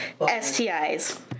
STIs